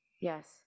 Yes